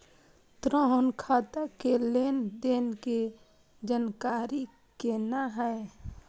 ऋण खाता के लेन देन के जानकारी कोना हैं?